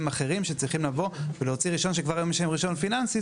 אחרים שכבר היום יש להם רישיון פיננסי,